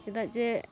ᱪᱮᱫᱟᱜ ᱡᱮ